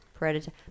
Predator